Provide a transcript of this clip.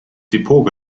depot